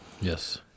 yes